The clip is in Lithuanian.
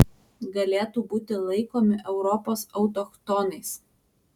galėtų būti laikomi europos autochtonais